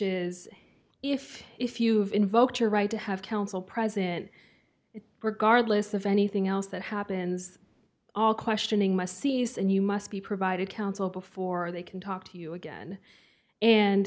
is if if you've invoked your right to have counsel present it regardless of anything else that happens all questioning my c s and you must be provided counsel before they can talk to you again and